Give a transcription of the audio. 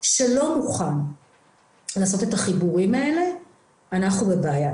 לא מוכן לעשות את החיבורים האלה אנחנו בבעיה.